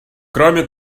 кроме